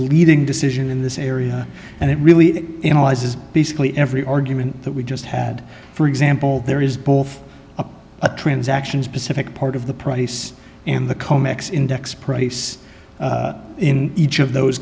leading decision in this area and it really analyzes basically every argument that we just had for example there is both a transaction specific part of the price and the comix index price in each of those